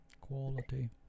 Quality